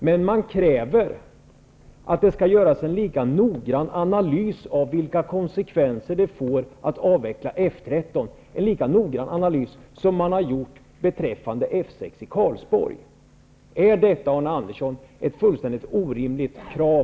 Däremot kräver man att det skall göras en lika noggrann analys av vilka konsekvenser det får att avveckla F 13 som man har gjort beträffande F 6 i Karlsborg. Är detta, Arne Andersson, ett fullständigt orimligt krav?